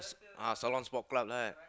ah salon sport club there